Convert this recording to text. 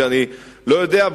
שאני לא יודע,